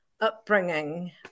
upbringing